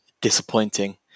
disappointing